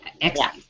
excellent